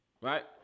right